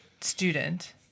student